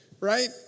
right